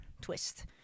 twist